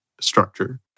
structure